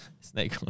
Snake